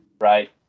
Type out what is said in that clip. right